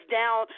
down